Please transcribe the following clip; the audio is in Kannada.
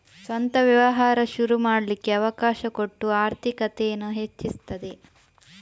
ಸ್ವಂತ ವ್ಯವಹಾರ ಶುರು ಮಾಡ್ಲಿಕ್ಕೆ ಅವಕಾಶ ಕೊಟ್ಟು ಆರ್ಥಿಕತೇನ ಹೆಚ್ಚಿಸ್ತದೆ